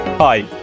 Hi